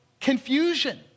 confusion